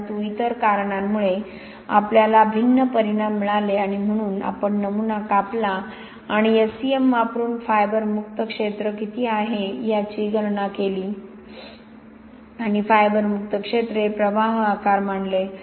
परंतु इतर कारणांमुळे आपल्याला भिन्न परिणाम मिळाले आणि म्हणून आपण नमुना कापला आणि SCM वापरून फायबर मुक्त क्षेत्र किती आहे याची गणना केली आणि फायबर मुक्त क्षेत्र हे प्रवाह आकार मानले